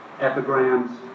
epigrams